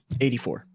84